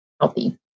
healthy